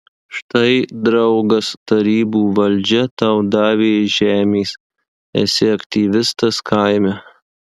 štai draugas tarybų valdžia tau davė žemės esi aktyvistas kaime